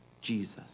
Jesus